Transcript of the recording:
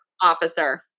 officer